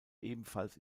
ebenfalls